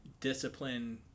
discipline